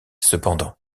cependant